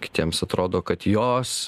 kitiems atrodo kad jos